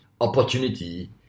opportunity